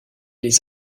les